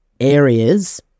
areas